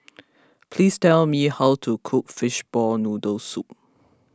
please tell me how to cook Fishball Noodle Soup